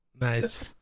Nice